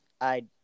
I-